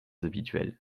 habituel